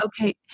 Okay